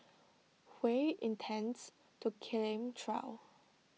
Hui intends to claim trial